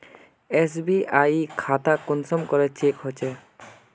SBI खाता कुंसम check होचे?